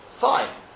Fine